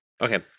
Okay